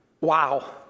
wow